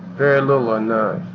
very little or none.